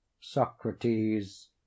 Socrates